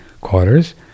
quarters